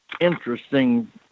interesting